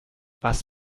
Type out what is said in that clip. was